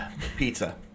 Pizza